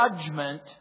judgment